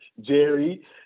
Jerry